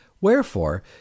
Wherefore